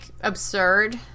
absurd